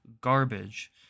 garbage